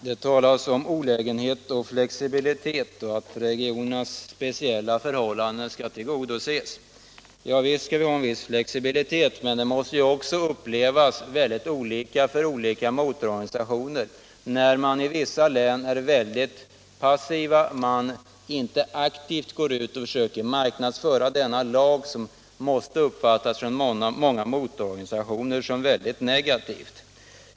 Herr talman! Det har här talats om olägenheter och om en flexibilitet som skall medge att regioners speciella förhållanden kan tillgodoses. Ja, visst skall vi ha en viss flexibilitet, men handläggningen måste också upplevas som mycket olikartad av skilda motororganisationer med tanke på att länsstyrelserna i vissa län är mycket passiva och inte aktivt försöker marknadsföra terrängkörningslagen, som av många motororganisationer uppfattas mycket negativt.